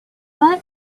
but